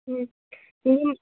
ꯎꯝ ꯍꯨꯝꯎꯝ